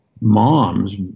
moms